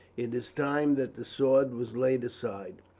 it is time that the sword was laid aside.